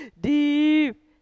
deep